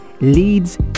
Leeds